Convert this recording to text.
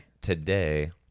today